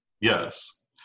Yes